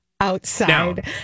outside